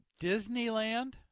Disneyland